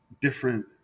different